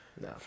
No